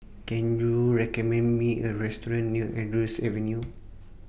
Can YOU recommend Me A Restaurant near Andrews Avenue